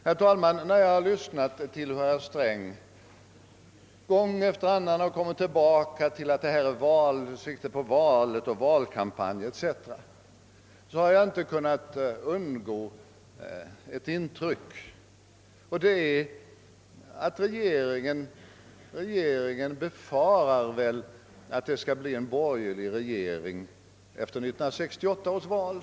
Herr talman! När jag lyssnade till herr Sträng och han gång efter annan kommer tillbaka till att allt detta tar sikte på valkampanjen etc., har jag inte kunnat undgå intrycket av att regeringen befarar att det skall bli en borgerlig regering efter 1968 års val.